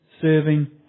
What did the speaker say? serving